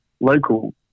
local